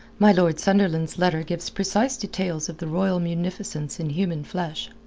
my lord sunderland's letter gives precise details of the royal munificence in human flesh.